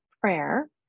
Prayer